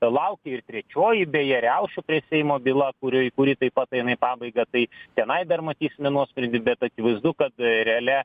laukia ir trečioji beje riaušių prie seimo byla kurioj kuri taip eina į pabaigą tai tenai dar matysime nuosprendį bet akivaizdu kad realia